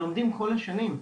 לומדים כל השנים.